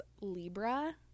libra